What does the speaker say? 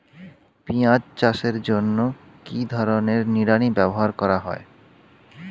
পিঁয়াজ চাষের জন্য কি ধরনের নিড়ানি ব্যবহার করা হয়?